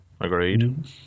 agreed